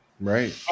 right